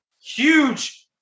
huge